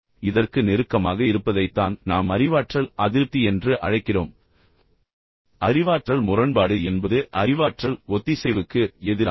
இதற்கு நெருக்கமாக இருப்பதை தான் நாம் அறிவாற்றல் அதிருப்தி என்று அழைக்கிறோம் அறிவாற்றல் முரண்பாடு என்பது அறிவாற்றல் ஒத்திசைவுக்கு எதிரானது